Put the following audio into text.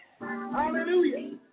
hallelujah